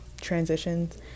transitions